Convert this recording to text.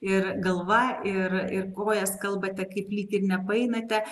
ir galva ir ir kojas kalbate kaip lyg ir nepaeinate